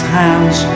hands